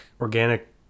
organic